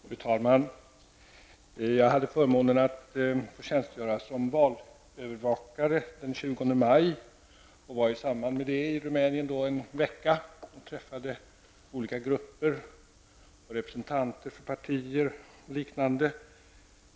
Fru talman! Jag hade förmånen att få tjänstgöra som valövervakare den 20 maj, och jag var i samband med det i Rumänien en vecka och träffade olika grupper, representanter för partier och liknande.